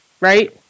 Right